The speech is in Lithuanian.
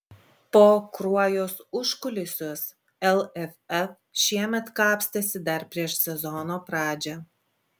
po kruojos užkulisius lff šiemet kapstėsi dar prieš sezono pradžią